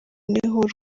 niho